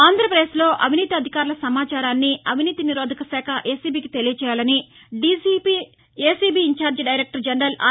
ఆంధ్రపదేశ్లో అవినీతి అధికారుల సమాచారాన్ని అవినీతి నిరోధక శాఖ ఏసీబీకి తెలియజేయాలని DGP ACB incharge director general are